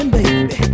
Baby